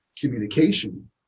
communication